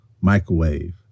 microwave